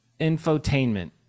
infotainment